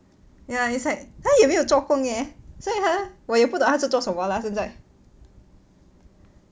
ya it's like 他也没有做工 leh 所以他我也不懂他是做什么 lah 现在